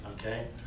okay